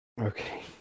Okay